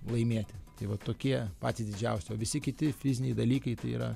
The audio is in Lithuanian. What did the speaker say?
laimėti tai va tokie patys didžiausi o visi kiti fiziniai dalykai tai yra